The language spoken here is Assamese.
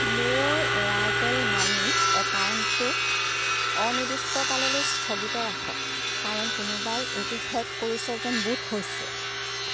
মোৰ এয়াৰটেল মানি একাউণ্টটো অনিৰ্দিষ্টকাললৈ স্থগিত ৰাখক কাৰণ কোনোবাই এইটো হেক কৰিছে যেন বোধ হৈছে